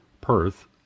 Perth